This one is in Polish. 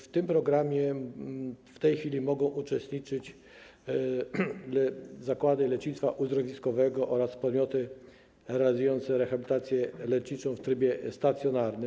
W tym programie w tej chwili mogą uczestniczyć zakłady lecznictwa uzdrowiskowego oraz podmioty realizujące rehabilitację leczniczą w trybie stacjonarnym.